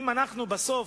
אם בסוף